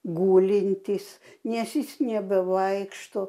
gulintis nes jis nebevaikšto